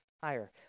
higher